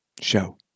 show